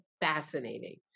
fascinating